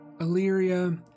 Illyria